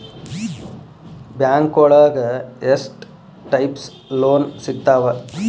ಬ್ಯಾಂಕೋಳಗ ಎಷ್ಟ್ types loan ಸಿಗ್ತಾವ?